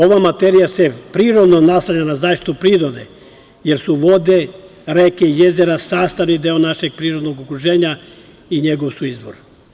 Ova materija se prirodno nastavlja na zaštitu prirode, jer su vode, reke i jezera sastavni deo našeg prirodnog okruženja i njegov su izvor.